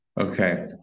Okay